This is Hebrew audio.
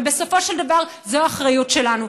אבל בסופו של דבר זו האחריות שלנו,